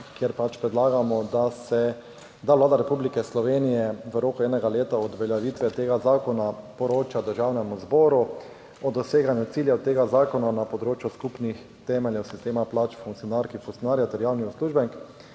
kjer pač predlagamo, da se da Vlada Republike Slovenije v roku enega leta od uveljavitve tega zakona poroča Državnemu zboru o doseganju ciljev tega zakona na področju skupnih temeljev sistema plač funkcionark, funkcionarjev ter javnih uslužbenk